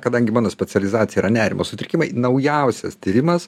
kadangi mano specializacija yra nerimo sutrikimai naujausias tyrimas